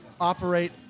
operate